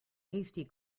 hasty